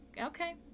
Okay